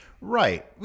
Right